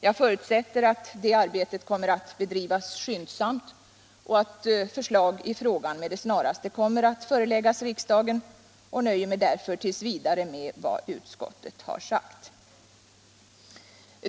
Jag förutsätter att det arbetet kommer att bedrivas skyndsamt och att förslag i frågan med det snaraste kommer att föreläggas riksdagen och nöjer mig därför t. v. med vad utskottet har sagt.